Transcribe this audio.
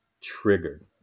triggered